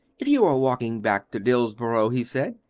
if you are walking back to dillsborough, he said,